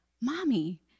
mommy